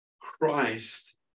Christ